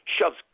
shoves